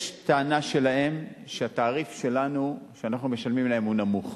יש טענה שלהם שהתעריף שלנו שאנחנו משלמים להם הוא נמוך.